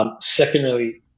Secondarily